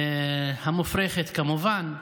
המופרכת, כמובן.